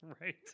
Right